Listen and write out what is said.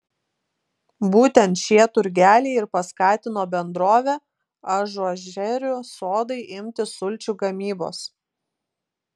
būtent šie turgeliai ir paskatino bendrovę ažuožerių sodai imtis sulčių gamybos